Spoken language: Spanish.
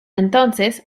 entonces